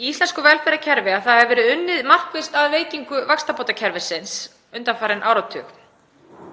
Í íslensku velferðarkerfi hefur markvisst verið unnið að veikingu vaxtabótakerfisins undanfarinn áratug.